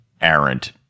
errant